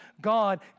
God